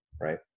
Right